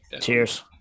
Cheers